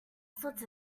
sorts